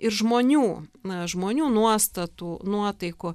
ir žmonių na žmonių nuostatų nuotaikų